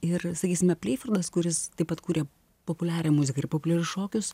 ir sakysime pleifordas kuris taip pat kuria populiarią muziką ir populiarius šokius